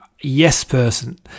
yes-person